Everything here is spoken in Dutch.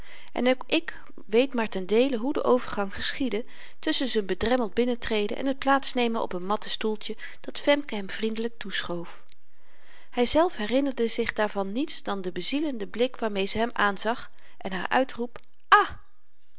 en ook ik weet maar ten deele hoe de overgang geschiedde tusschen z'n bedremmeld binnentreden en t plaatsnemen op n matten stoeltje dat femke hem vriendelyk toeschoof hyzelf herinnerde zich daarvan niets dan den bezielenden blik waarmee ze hem aanzag en haar uitroep ah